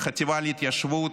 לחטיבה להתיישבות.